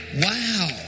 Wow